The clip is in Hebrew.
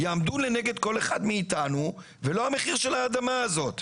יעמדו לנגד כל אחד מאיתנו ולא המחיר של האדמה הזאת.